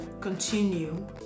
continue